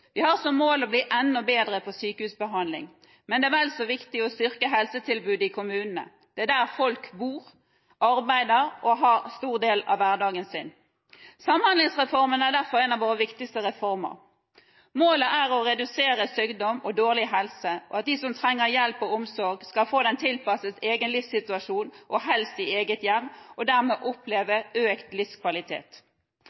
Vi har som mål å bli enda bedre på sykehusbehandling, men det er vel så viktig å styrke helsetilbudet i kommunene. Det er der folk bor, arbeider og har en stor del av hverdagen sin. Samhandlingsreformen er derfor en av våre viktigste reformer. Målet er å redusere sykdom og dårlig helse, og at de som trenger hjelp og omsorg, skal få det tilpasset egen livssituasjon – helst i eget hjem – og dermed oppleve